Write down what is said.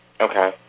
Okay